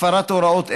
הפרת הוראות אלו.